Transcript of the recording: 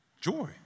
Joy